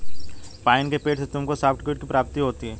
pine के पेड़ से तुमको सॉफ्टवुड की प्राप्ति होगी